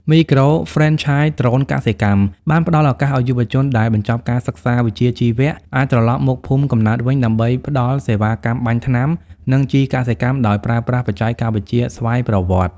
មីក្រូហ្វ្រេនឆាយ ដ្រូនកសិកម្ម បានផ្ដល់ឱកាសឱ្យយុវជនដែលបញ្ចប់ការសិក្សាវិជ្ជាជីវៈ អាចត្រឡប់មកភូមិកំណើតវិញដើម្បីផ្ដល់សេវាកម្មបាញ់ថ្នាំ និងជីកសិកម្មដោយប្រើប្រាស់បច្ចេកវិទ្យាស្វ័យប្រវត្តិ។